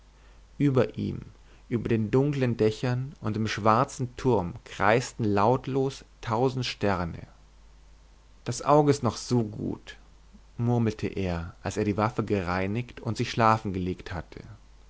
über ihm über den dunklen dächern und dem schwarzen turm kreisten lautlos tausend sterne das auge ist noch so gut murmelte er als er die waffe gereinigt und sich schlafen gelegt hatte